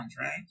right